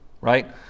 right